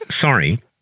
Sorry